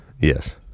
Yes